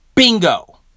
Bingo